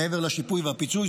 מעבר לשיפוי והפיצוי,